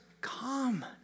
come